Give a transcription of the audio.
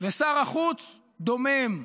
ושר החוץ דומם,